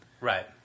Right